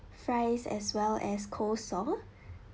fries as well as coleslaw